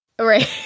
Right